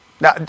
Now